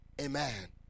Amen